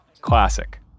classic